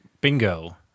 Bingo